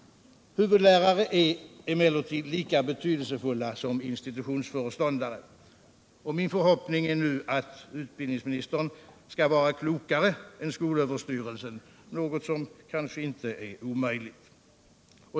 Huvudlärare är emellertid lika betydelsefulla som institutionsföreståndare. Min förhoppning är nu att utbildningsministern skall vara klokare än skolöverstyrelsen — något som kanske inte är omöjligt.